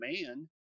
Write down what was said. man